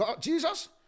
Jesus